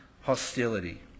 hostility